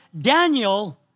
Daniel